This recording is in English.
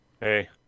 hey